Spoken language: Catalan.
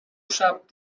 sap